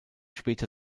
später